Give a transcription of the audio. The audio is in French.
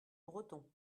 breton